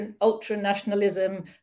ultra-nationalism